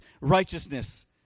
righteousness